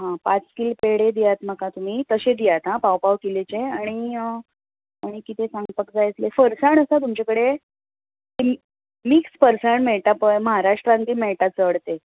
पांच किल पेडे दियात म्हाका तुमी तशे दियात पांव पांव किलाचे आनी कितें सांगपाक जाय आसले फरसाण आसा तुमचे कडेन मिक्स फरसाण मेळटा पळय महाराष्ट्रान बी मेळटा चड तें